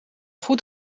goed